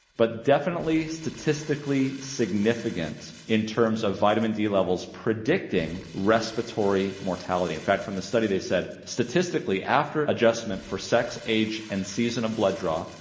but definitely statistically significant in terms of vitamin d levels predicting respiratory mortality. in fact, from the study, they said statistically after adjustment for sex age and season of blood draw,